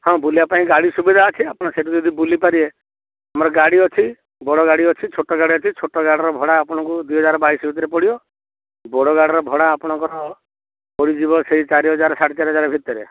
ହଁ ବୁଲିବା ପାଇଁ ଗାଡ଼ି ସୁବିଧା ଅଛି ଆପଣ ସେଠୁ ଯଦି ବୁଲିପାରିବେ ଆମର ଗାଡ଼ି ଅଛି ବଡ଼ ଗାଡ଼ି ଅଛି ଛୋଟ ଗାଡ଼ି ଅଛି ଛୋଟ ଗାଡ଼ିର ଭଡ଼ା ଆପଣଙ୍କୁ ଦୁଇହଜାର ବାଇଶଶହ ଭିତରେ ପଡ଼ିବ ବଡ଼ ଗାଡ଼ିର ଭଡ଼ା ଆପଣଙ୍କର ପଡ଼ିଯିବ ସେଇ ଚାରିହଜାର ସାଢ଼େ ଚାରିହଜାର ଭିତରେ